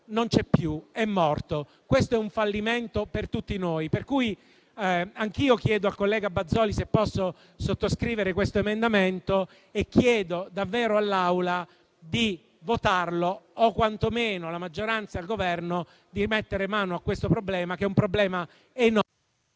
non c'è più: è morto. Questo è un fallimento per tutti noi. Per cui anch'io chiedo al collega Bazoli di sottoscrivere questo emendamento e chiedo davvero all'Assemblea di approvarlo o quantomeno chiedo alla maggioranza e al Governo di mettere mano a questo problema, che è un problema enorme...